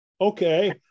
Okay